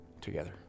together